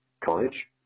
college